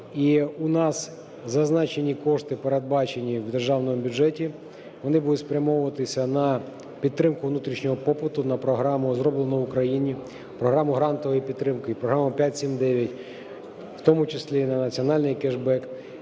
і у нас зазначені кошти, передбачені в державному бюджеті, вони будуть спрямовуватися на підтримку внутрішнього побуту, на програму "Зроблено в Україні", програму грантової підтримки, програму "5-7-9", в тому числі на Національний кешбек.